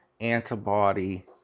antibody